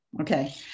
Okay